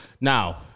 Now